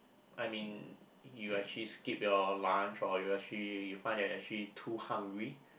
I mean you actually skip your lunch or you actually you find that actually too hungry